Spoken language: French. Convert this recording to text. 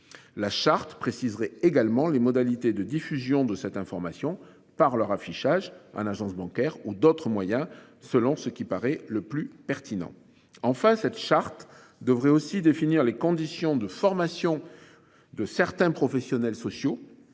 La charte préciserai également les modalités de diffusion de cette information par leur affichage à l'agence bancaire ou d'autres moyens, selon ce qui paraît le plus pertinent, enfin cette charte devrait aussi définir les conditions de formation de certains professionnels sociaux